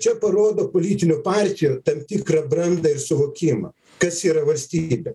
čia parodo politinių partijų tam tikrą brandą ir suvokimą kas yra valstybė